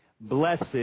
Blessed